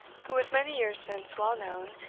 who was many years since well known,